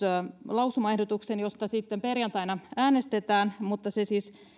lausumaehdotuksen josta sitten perjantaina äänestetään mutta se siis